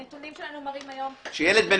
הנתונים שלנו מראים היום --- שילד בן